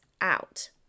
out